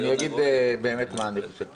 אני אגיד באמת מה אני חושב.